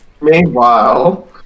Meanwhile